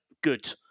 good